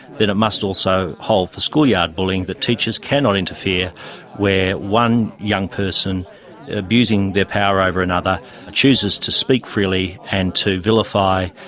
then it must also hold for schoolyard bullying, that teachers cannot interfere where one young person abusing their power over another chooses to speak freely and to vilify,